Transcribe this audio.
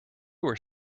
were